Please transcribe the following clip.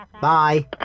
bye